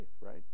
right